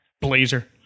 blazer